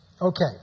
Okay